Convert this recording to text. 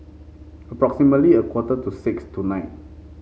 approximately a quarter to six tonight